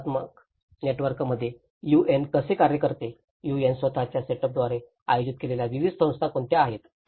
संस्थात्मक नेटवर्कमध्ये यूएन कसे कार्य करते यूएन स्वतःच्या सेटअपद्वारे आयोजित केलेल्या विविध संस्था कोणत्या आहेत